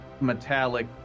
Metallic